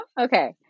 Okay